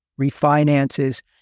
refinances